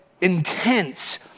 intense